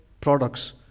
products